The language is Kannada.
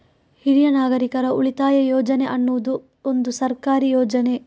ಹಿರಿಯ ನಾಗರಿಕರ ಉಳಿತಾಯ ಯೋಜನೆ ಅನ್ನುದು ಒಂದು ಸರ್ಕಾರಿ ಯೋಜನೆ